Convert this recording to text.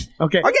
Okay